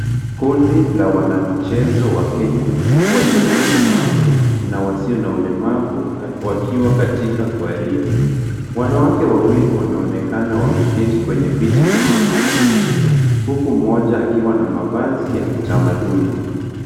Kundi la wanamichezo wa Kenya walio na ulemavu na wasio na ulemavu wakiwa katika gwaride. Wanawake wawili wanaonekana wameketi kwenye viti vya magurudumu huku mmoja akiwa na mavazi ya kitamaduni.